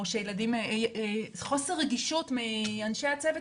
חוסר רגישות מאנשי הצוות,